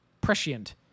prescient